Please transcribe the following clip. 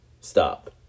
Stop